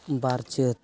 ᱵᱟᱨ ᱪᱟᱹᱛ